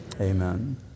amen